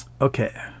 okay